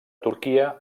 turquia